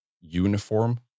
uniform